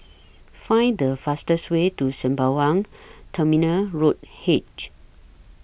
Find The fastest Way to Sembawang Terminal Road H